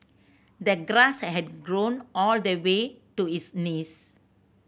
the grass had grown all the way to his knees